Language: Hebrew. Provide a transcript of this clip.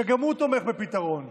שגם הוא תומך בפתרון,